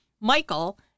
Michael